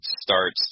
starts